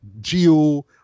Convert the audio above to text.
Geo